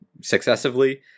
successively